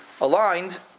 aligned